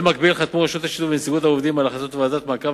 במקביל חתמו רשות השידור ונציגויות העובדים על החלטת מעקב